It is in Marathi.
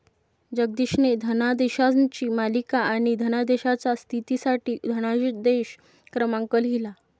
जगदीशने धनादेशांची मालिका आणि धनादेशाच्या स्थितीसाठी धनादेश क्रमांक लिहिला